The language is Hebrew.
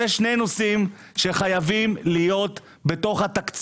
זה שני נושאים שחייבים להיות בתקציב.